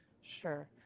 sure